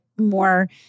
more